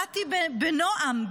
באתי בנועם,